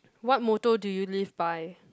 what motto do you live by